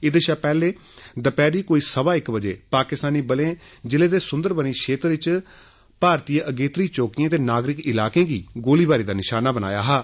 एहदे शा पैहले दपैहरी कोई सवां इक्क बजे पाकिस्तानी बले जिले दे सुन्दरबनी खेतर इच भारती अगेत्री चौकिएं ते नागरिक इलाकें गी गोलीबारी दा निशाना बनाया हा